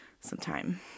sometime